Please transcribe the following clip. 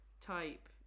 type